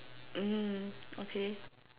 mm okay